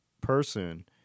person